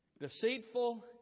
Deceitful